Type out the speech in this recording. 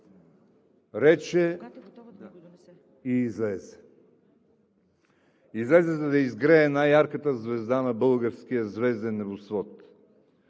Рече и излезе. …“ Излезе, за да изгрее най-ярката звезда на българския звезден небосвод.